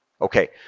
okay